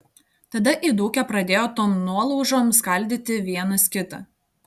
tada įdūkę pradėjo tom nuolaužom skaldyti vienas kitą